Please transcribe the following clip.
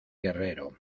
guerrero